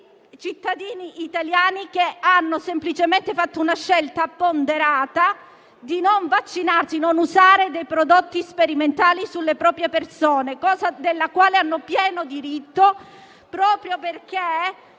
cittadini italiani che hanno semplicemente fatto la scelta ponderata di non vaccinarsi, di non usare dei prodotti sperimentali sul proprio corpo, cosa della quale hanno pieno diritto: lo dicono